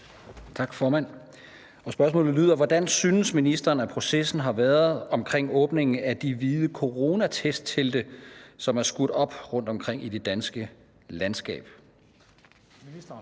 Geertsen (V) Hvordan synes ministeren at processen har været omkring åbningen af de hvide coronatesttelte, som er skudt op rundtomkring i det danske landskab?